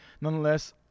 nonetheless